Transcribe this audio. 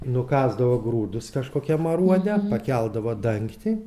nukasdavo grūdus kažkokiam aruode pakeldavo dangtį